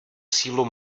sílu